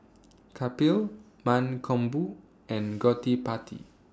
Kapil Mankombu and Gottipati